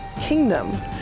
Kingdom